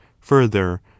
further